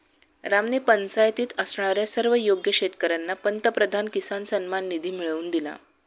रामने पंचायतीत असणाऱ्या सर्व योग्य शेतकर्यांना पंतप्रधान किसान सन्मान निधी मिळवून दिला